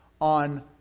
on